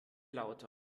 lauter